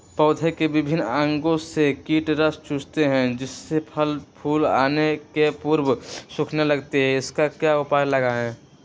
पौधे के विभिन्न अंगों से कीट रस चूसते हैं जिससे फसल फूल आने के पूर्व सूखने लगती है इसका क्या उपाय लगाएं?